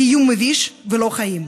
קיום מביש ולא חיים.